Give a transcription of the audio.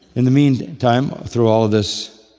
in the meantime, through all of this,